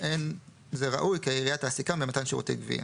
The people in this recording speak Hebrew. אין זה ראוי כי העירייה תעסיקם במתן שירותי גבייה".